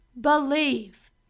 believe